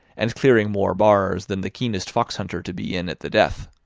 and clearing more bars than the keenest fox-hunter to be in at the death.